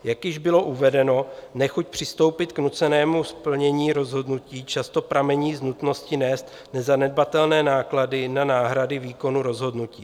Jak již bylo uvedeno, nechuť přistoupit k nucenému splnění rozhodnutí často pramení z nutnosti nést nezanedbatelné náklady na náhrady výkonu rozhodnutí.